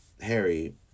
Harry